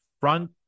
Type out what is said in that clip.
front